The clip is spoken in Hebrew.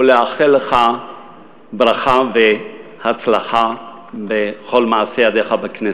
ולאחל לך ברכה והצלחה בכל מעשי ידיך בכנסת.